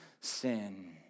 sin